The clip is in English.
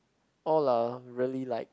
all are really like